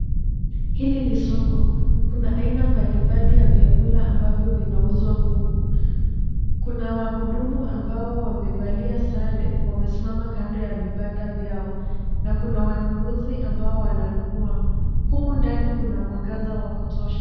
Hili ni soko. Kuna aina mbalimbali ya vyakula ambavyo vinauzwa humu. Kuna wahudumu ambao wamevalia sare wamesimama kando ya vibanda vyao na kuna wanunuzi ambao wananunua. Humu ndani kuna mwangaza wa kutosha.